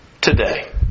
today